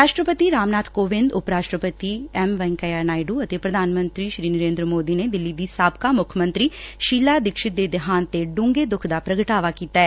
ਰਾਸਟਰਪਤੀ ਰਾਮਨਾਬ ਕੋਵਿੰਦ ਉਪ ਰਾਸਟਰਪਤੀ ਐਮ ਵੈ ਕਈਆ ਨਾਇਡੂ ਅਤੇ ਪ੍ਰਧਾਨ ਮੰਡਰੀ ਨਰੇ ਦਰ ਮੋਦੀ ਨੇ ਦਿੱਲੀ ਦੀ ਸਾਬਕਾ ਮੁੱਖ ਮੰਤਰੀ ਸ਼ੀਲਾ ਦੀਕਸ਼ਤ ਦੇ ਦੇਹਾਂਤ ਤੇ ਡੂੰਘੇ ਦੁੱਖ ਦਾ ਪ੍ਰਗਟਾਵਾ ਕੀਤੈ